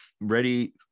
ready